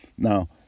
Now